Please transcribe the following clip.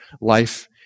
Life